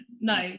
No